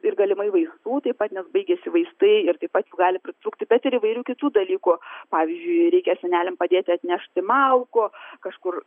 ir galimai vaistų taip pat nes baigiasi vaistai ir taip pat jų gali pritrūkti bet ir įvairių kitų dalykų pavyzdžiui reikia seneliam padėti atnešti malkų kažkur